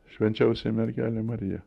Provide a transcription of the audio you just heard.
švenčiausia mergelė marija